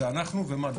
זה אנחנו ומד"א,